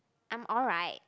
I'm alright